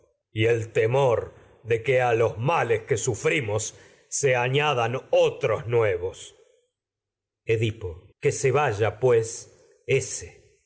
y el temor de que nuevos a los males que sufrimos se otros edipo morir que se vaya pues e